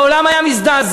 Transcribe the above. העולם היה מזדעזע,